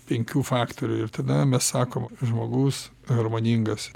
penkių faktorių ir tada mes sakom žmogus harmoningas